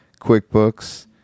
QuickBooks